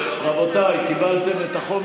רבותיי, קיבלתם את החומר?